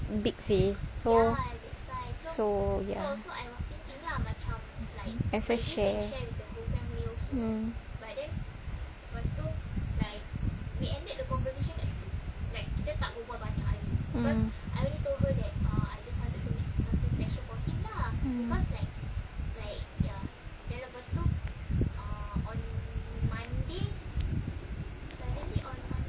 big seh so so ya can share mm mm mm